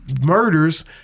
murders